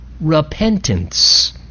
repentance